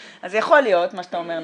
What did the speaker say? יכול להיות, מה שאתה אומר נכון,